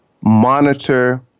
monitor